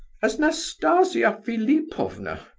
as nastasia philipovna?